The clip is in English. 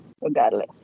regardless